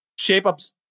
ShapeUp